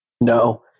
No